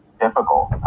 difficult